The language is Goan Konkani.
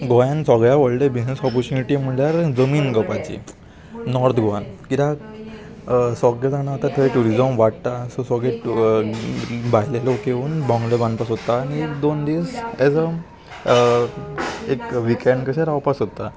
गोंयान सगळ्या व्हडलें बिजनस ऑपोचुनिटी म्हणल्यार जमीन घेवपाची नॉर्थ गोवान किद्याक सोगले जाणा आतां थंय ट्युरिजम वाडटा सो सोगले भायले लोक येवन बोंगलो बांदपा सोदता आनी एक दोन दीस एज अ एक विक एंड कशें रावपा सोदता